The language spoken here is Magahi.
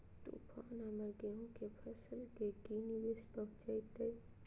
तूफान हमर गेंहू के फसल के की निवेस पहुचैताय?